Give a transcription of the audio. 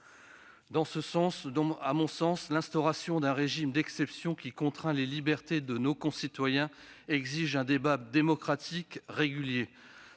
éventuelle. À mon sens, l'instauration d'un régime d'exception qui contraint les libertés de nos concitoyens exige un débat démocratique régulier.